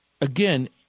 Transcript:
Again